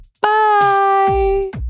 Bye